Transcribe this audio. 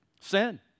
Sin